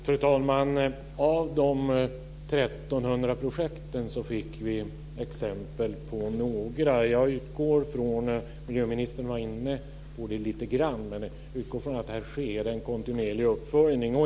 Fru talman! Av de 1 300 projekten fick vi exempel på några. Jag utgår från - miljöministern nämnde det lite grann - att det här sker en kontinuerlig uppföljning.